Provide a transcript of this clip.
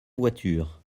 voiture